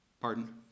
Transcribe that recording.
Pardon